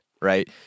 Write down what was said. Right